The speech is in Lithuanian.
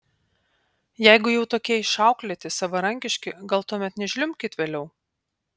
jeigu jau tokie išauklėti savarankiški gal tuomet nežliumbkit vėliau